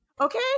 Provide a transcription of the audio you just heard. Okay